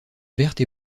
verte